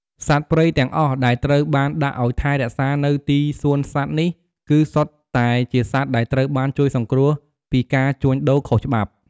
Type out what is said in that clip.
សត្វព្រៃទាំងអស់ដែលត្រូវបានដាក់ឱ្យថែរក្សានៅទីសួនសត្វនេះ គឺសុទ្ធតែជាសត្វដែលត្រូវបានជួយសង្គ្រោះពីការជួញដូរខុសច្បាប់។